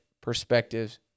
perspectives